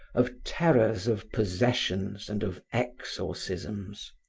of terrors of possessions and of exorcisms.